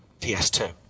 PS2